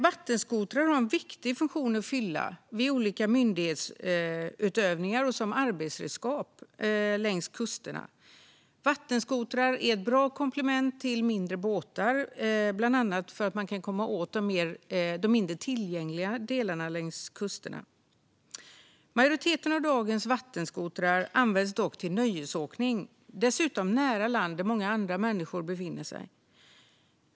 Vattenskotrar har en viktig funktion att fylla vid myndighetsutövning av olika slag och som arbetsredskap längs kusterna. Vattenskotrar är ett bra komplement till mindre båtar, bland annat för att man med dem kan komma åt mindre tillgängliga delar av kusterna. Majoriteten av dagens vattenskotrar används dock till nöjesåkning, dessutom nära land där många andra människor befinner sig.